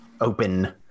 open